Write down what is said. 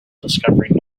discovering